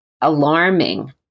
alarming